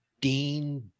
Dean